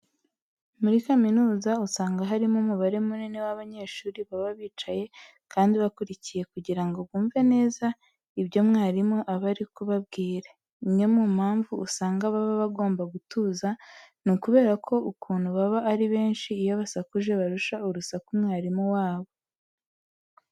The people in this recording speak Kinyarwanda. Muri kaminuza usanga harimo umubare munini w'abanyeshuri baba bicaye kandi bakurikiye kugira ngo bumve neza ibyo mwarimu aba ari kubabwira. Imwe mu mpamvu usanga baba bagomba gutuza, ni ukubera ko ukuntu baba ari benshi, iyo basakuje barusha urusaku mwarimu wabo.